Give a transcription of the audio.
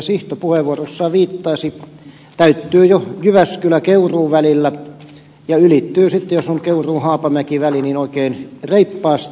sihto puheenvuorossaan viittaasi täytyy jo jyväskyläkeuruu välillä ja ylittyy sitten jos on kyseessä keuruuhaapamäki väli oikein reippaasti